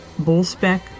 Bullspec